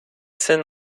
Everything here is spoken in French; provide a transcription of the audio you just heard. scènes